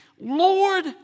Lord